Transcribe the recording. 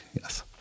yes